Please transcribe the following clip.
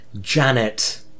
Janet